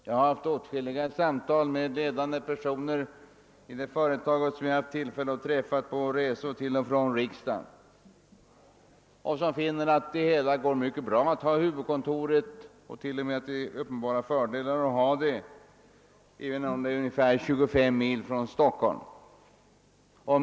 Jag har haft åtskilliga samtal med ledande personer i detta företag, som jag har haft tillfälle att träffa på resor till och från riksdagen. Dessa finner, att det går mycket bra att ha huvudkontoret i Falun och t.o.m. att det är fördelar förenade med att ha det där, ungefär 25 mil från Stockholm.